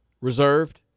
reserved